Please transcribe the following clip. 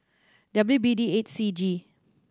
W B D eight C G